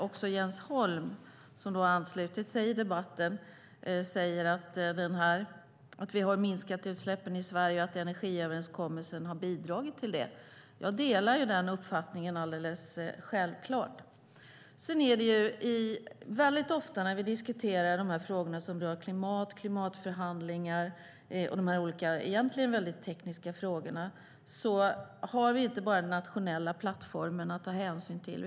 Också Jens Holm, som har anslutit sig till debatten, säger att vi har minskat utsläppen i Sverige och att energiöverenskommelsen har bidragit till det. Jag delar alldeles självklart den uppfattningen. Väldigt ofta när vi diskuterar frågor som rör klimat, klimatförhandlingar och de olika egentligen väldigt tekniska frågorna har vi inte bara den nationella plattformen att ta hänsyn till.